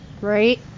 right